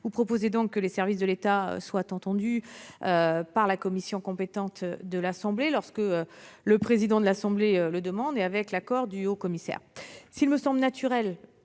Vous proposez donc que les services de l'État soient entendus par la commission compétente de cette assemblée, lorsque son président le demande et avec l'accord du haut-commissaire. S'il me semble naturel,